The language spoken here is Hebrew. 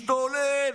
משתולל,